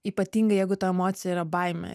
ypatingai jeigu ta emocija yra baimė